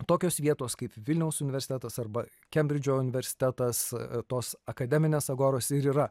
tokios vietos kaip vilniaus universitetas arba kembridžo universitetas tos akademinės agoros ir yra